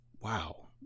wow